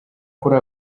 kuri